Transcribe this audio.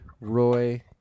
Roy